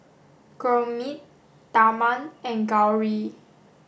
Gurmeet Tharman and Gauri